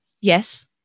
yes